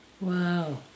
Wow